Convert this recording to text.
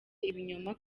ibinyoma